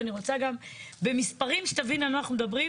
ואני רוצה גם במספרים שתבין על מה אנחנו מדברים.